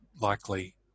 likely